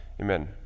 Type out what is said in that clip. Amen